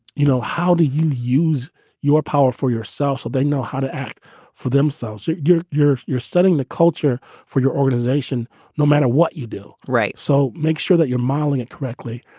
you know, how do you use your power for yourself so they know how to act for themselves. you're you're you're studying the culture for your organization no matter what you do. right. so make sure that you're modeling it correctly.